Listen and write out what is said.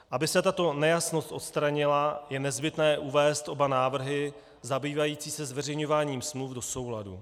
Aby se tato nejasnost odstranila, je nezbytné uvést oba návrhy zabývající se zveřejňováním smluv do souladu.